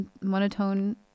monotone